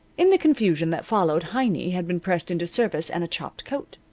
in the confusion that followed heiny had been pressed into service and a chopped coat.